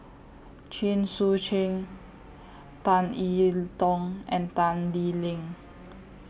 Chen Sucheng Tan E Tong and Tan Lee Leng